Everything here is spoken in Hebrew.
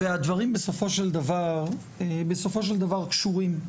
והדברים בסופו של דבר, בסופו של דבר קשורים.